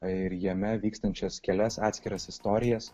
ir jame vykstančias kelias atskiras istorijas